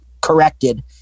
corrected